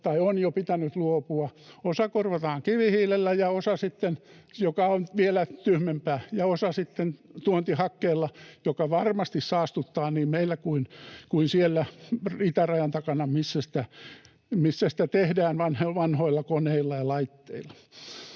tai on jo pitänyt luopua. Osa korvataan kivihiilellä ja osa sitten — mikä on vielä tyhmempää — tuontihakkeella, joka varmasti saastuttaa niin meillä kuin siellä itärajan takana, missä sitä tehdään vanhoilla koneilla ja laitteilla.